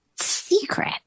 secret